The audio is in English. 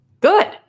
good